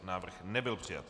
Návrh nebyl přijat.